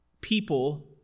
people